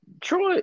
Troy